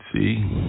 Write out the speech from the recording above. see